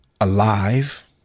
alive